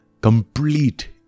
complete